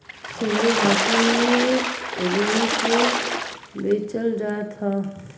सिन्धु घाटी में रुई के बेचल जात रहे